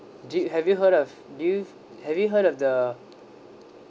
do have you heard of do you have you heard of the